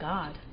God